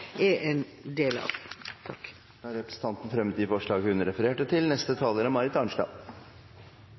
er en del av. Representanten Andersen Eide har tatt opp de forslagene hun refererte til. Det er